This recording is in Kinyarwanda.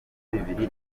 bibiri